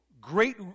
great